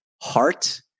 heart